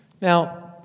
Now